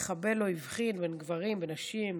המחבל לא הבחין בין גברים לנשים,